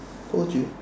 told you